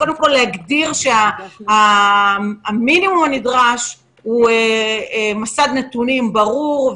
צריך להגדיר שהמינימום הנדרש הוא מסד נתונים ברור,